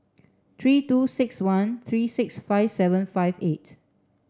three two six one three six five seven five eight